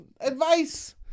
advice